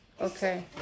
Okay